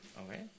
Okay